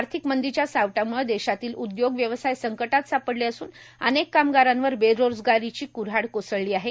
आर्थिक मंदीच्या सावटामुळं देशातील उदयोग व्यवसाय संकटात सापडलं असून अनेक कामगारांवर बेरोजगारीची क्र्हाड कोसळली आहे